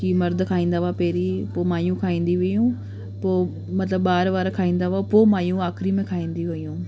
की मर्द खाईंदा हुआ पहिरीं पोइ मायूं खाईंदी हुयूं पोइ मतिलबु ॿार वार खाईंदा हुआ पोइ मायूं आख़िरी में खाईंदी हुयूं